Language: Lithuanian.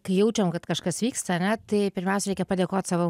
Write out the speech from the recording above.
kai jaučiam kad kažkas vyksta ane tai pirmiausia reikia padėkot savo